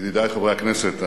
ידידי חברי הכנסת,